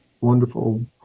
wonderful